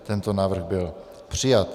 Tento návrh byl přijat.